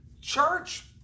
church